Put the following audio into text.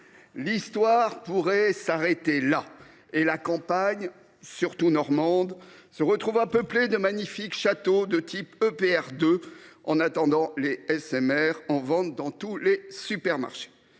L’histoire pourrait s’arrêter là et la campagne, surtout normande, se retrouver peuplée de magnifiques châteaux de type EPR2, en attendant les SMR en vente dans tous les supermarchés.